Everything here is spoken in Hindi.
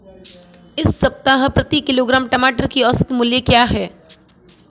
इस सप्ताह प्रति किलोग्राम टमाटर का औसत मूल्य क्या है?